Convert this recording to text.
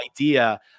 idea